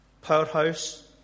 Powerhouse